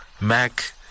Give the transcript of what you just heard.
Mac